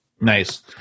Nice